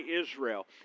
Israel